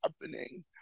happening